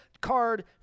card